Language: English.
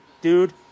dude